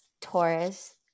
taurus